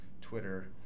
Twitter